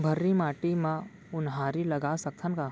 भर्री माटी म उनहारी लगा सकथन का?